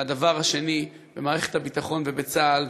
והדבר השני הוא שבמערכת הביטחון ובצה"ל,